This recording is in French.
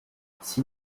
s’il